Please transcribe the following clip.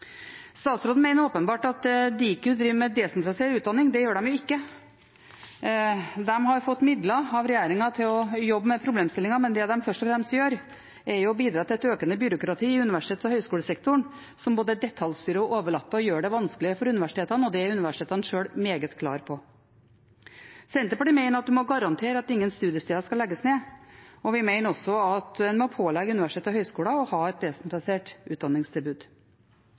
Statsråden mener åpenbart at Diku driver med desentralisert utdanning. Det gjør de ikke. De har fått midler av regjeringen til å jobbe med problemstillingen, men det de først og fremst gjør, er å bidra til et økende byråkrati i universitets- og høyskolesektoren, som både detaljstyrer og overlapper og gjør det vanskelig for universitetene. Det er universitetene sjøl meget klare på. Senterpartiet mener at en må garantere at ingen studiesteder skal legges ned, og vi mener også at en må pålegge universiteter og høyskoler å ha et desentralisert utdanningstilbud.